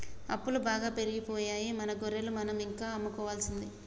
అప్పులు బాగా పెరిగిపోయాయి మన గొర్రెలు మనం ఇంకా అమ్ముకోవాల్సిందే